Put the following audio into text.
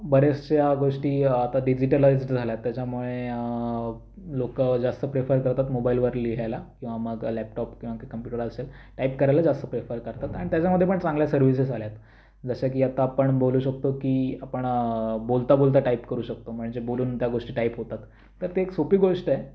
बऱ्याचशा गोष्टी आता डिजिटलाईज्ड झाल्यात त्याच्यामुळे लोक जास्त प्रेफर करतात मोबाईलवर लिहायला किंवा मग लॅपटॉप किंवा काही कॉम्प्युटर असेल टाइप करायला जास्त प्रेफर करतात आणि त्याच्यामध्ये पण चांगल्या सर्व्हिसेस आल्या आहेत जसं की आत्ता आपण बोलू शकतो की आपण बोलता बोलता टाइप करू शकतो म्हणजे बोलून त्या गोष्टी टाइप होतात तर ती एक सोपी गोष्ट आहे